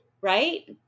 right